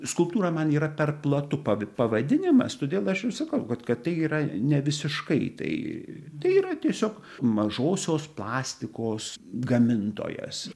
skulptūra man yra per platu pav pavadinimas todėl aš vis sakau kad kad tai yra ne visiškai tai tai yra tiesiog mažosios plastikos gamintojas